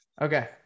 Okay